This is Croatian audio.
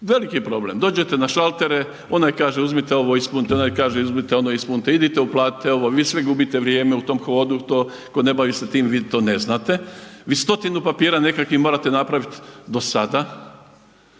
veliki problem. Dođete na šaltere onaj kaže uzmite ovo ispunite, onaj kaže uzmite ono ispunite, idite uplatiti ovo, vi svi gubite vrijeme u tom hodu, ko se ne bavi tim vi to ne znate. Vi stotinu papira nekakvih morate napraviti do sada.